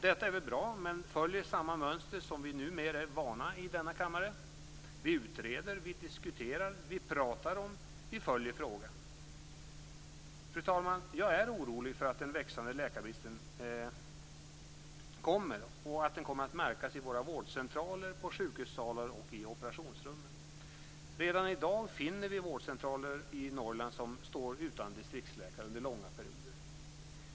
Detta är väl bra, men det följer samma mönster som vi numer är vana vid i denna kammare - vi utreder, vi diskuterar, vi pratar om, vi följer frågan. Fru talman! Jag är orolig för att den växande läkarbristen kommer att märkas på våra vårdcentraler, sjukhussalar och operationsrum. Redan i dag finner vi vårdcentraler i Norrland som står utan distriktsläkare under långa perioder.